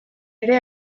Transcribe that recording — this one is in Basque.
ere